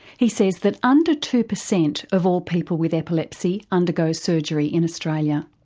he says that under two percent of all people with epilepsy undergo surgery in australia.